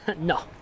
No